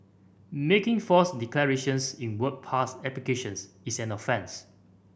making false declarations in work pass applications is an offence